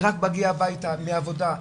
היא רק מגיעה הביתה מהעבודה,